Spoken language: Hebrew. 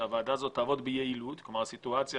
שהוועדה הזו תעבוד ביעילות ולמנוע מצבים כמו הסיטואציה